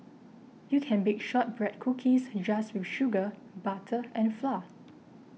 you can bake Shortbread Cookies just with sugar butter and flour